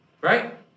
right